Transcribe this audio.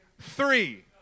three